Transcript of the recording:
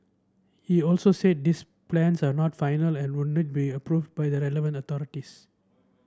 he also said these plans are not final and would need be approved by the relevant authorities